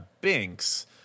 Binks